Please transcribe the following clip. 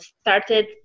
started